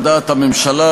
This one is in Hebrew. על דעת הממשלה,